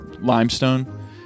limestone